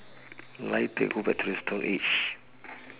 like to go back to the stone age